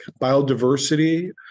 biodiversity